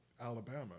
Alabama